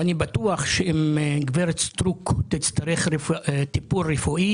אני בטוח שאם גברת סטרוק תצטרך טיפול רפואי